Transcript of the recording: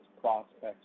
prospects